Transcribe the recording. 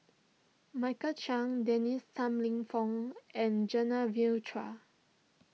Michael Chiang Dennis Tan Lip Fong and Genevieve Chua